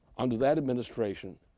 under that administration,